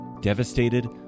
devastated